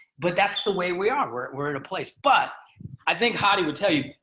but that's the way we are, we're we're in a place. but i think hadi would tell you.